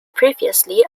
previously